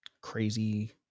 crazy